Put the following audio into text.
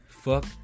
Fuck